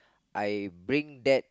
I bring that